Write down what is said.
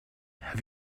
have